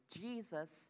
Jesus